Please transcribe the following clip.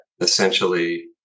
essentially